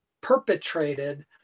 perpetrated